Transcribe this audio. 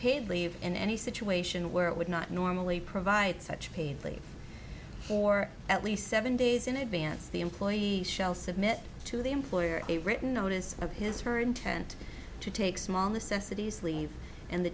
paid leave in any situation where it would not normally provide such paid leave for at least seven days in advance the employee we shall submit to the employer a written notice of his her intent to take small necessities leave and the